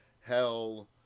hell